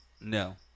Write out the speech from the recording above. No